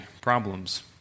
problems